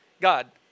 God